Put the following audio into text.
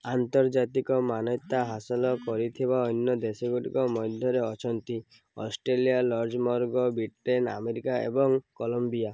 ଆନ୍ତର୍ଜାତିକ ମାନ୍ୟତା ହାସଲ କରିଥିବା ଅନ୍ୟ ଦେଶ ଗୁଡ଼ିକ ମଧ୍ୟରେ ଅଛନ୍ତି ଅଷ୍ଟ୍ରେଲିଆ ଲକ୍ଜମବର୍ଗ ବ୍ରିଟେନ ଆମେରିକା ଏବଂ କଲମ୍ବିଆ